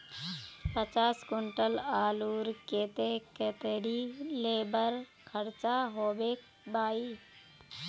पचास कुंटल आलूर केते कतेरी लेबर खर्चा होबे बई?